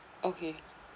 okay